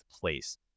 place